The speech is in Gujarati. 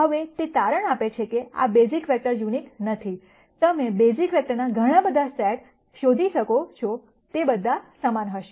હવે તે તારણ આપે છે કે આ બેસીસ વેક્ટર યુનિક નથી તમે બેસીસ વેક્ટરના ઘણા બધા સેટ શોધી શકો છો તે બધા સમાન હશે